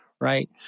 right